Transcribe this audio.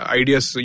ideas